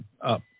up